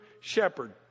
shepherd